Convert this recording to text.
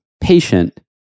patient